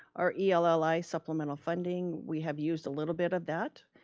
or elli supplemental funding. we have used a little bit of that.